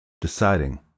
deciding